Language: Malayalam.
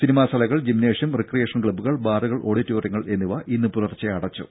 സിനിമാ ശാലകൾ ജിംനേഷ്യം റിക്രിയേഷൻ ക്ലബ്ബുകൾ ബാറുകൾ ഓഡിറ്റോറിയങ്ങൾ എന്നിവ ഇന്ന് പുലർച്ചെ അടച്ചു